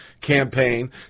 campaign